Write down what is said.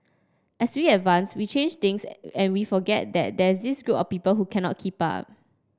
as we advance we change things and we forget that there's this group of people who cannot keep up